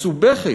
מסובכת.